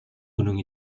gunung